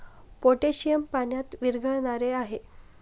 potassium पाण्यात विरघळणारे आहे